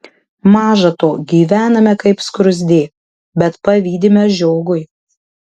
maža to gyvename kaip skruzdė bet pavydime žiogui